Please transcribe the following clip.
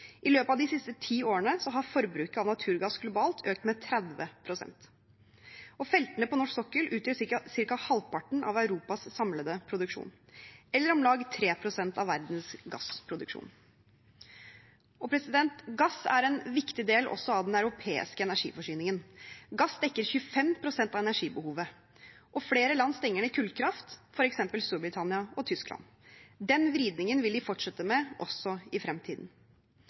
I løpet av de siste ti årene har forbruket av naturgass globalt økt med 30 pst. Feltene på norsk sokkel utgjør ca. halvparten av Europas samlede produksjon, eller om lag 3 pst. av verdens gassproduksjon. Gass er en viktig del også av den europeiske energiforsyningen. Gass dekker 25 pst. av energibehovet, og flere land stenger ned kullkraft, f.eks. Storbritannia og Tyskland. Den vridningen vil de fortsette med også i fremtiden.